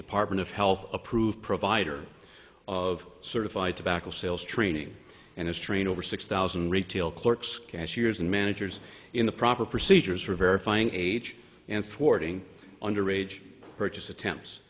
department of health approved provider of certified tobacco sales training and is trained over six thousand retail clerks cashiers and managers in the proper procedures for verifying age and thwarting under age purchase attempts